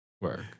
Work